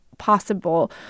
possible